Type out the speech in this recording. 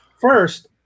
First